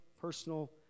personal